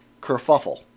kerfuffle